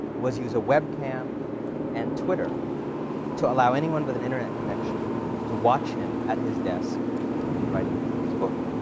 was use a webcam and twitter to allow anyone with an internet connection to watch him at his desk writing his next book,